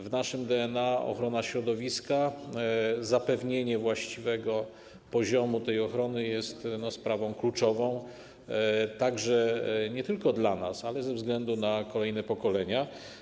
W naszym DNA ochrona środowiska, zapewnienie właściwego poziomu tej ochrony jest sprawą kluczową nie tylko ze względu na nas, ale ze względu na kolejne pokolenia.